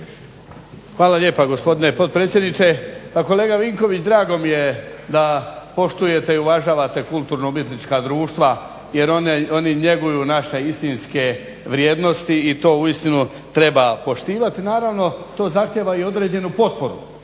Hvala lijepa gospodine potpredsjedniče. Pa kolega Vinković drago mi je da poštujete i uvažavate kulturno umjetnička društva jer oni njeguju naše istinske vrijednosti i to uistinu treba poštivati. Naravno to zahtjeva i određenu potporu,